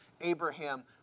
Abraham